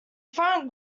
front